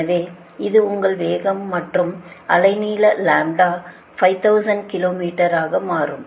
எனவே இது உங்கள் வேகம் மற்றும் அலைநீள லாம்ப்டா 5000 கிலோ மீட்டராக மாறும்